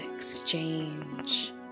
exchange